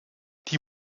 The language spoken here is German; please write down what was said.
die